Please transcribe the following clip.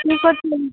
ଠିକ ଅଛି